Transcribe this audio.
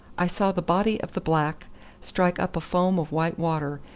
i saw the body of the black strike up a foam of white water,